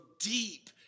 deep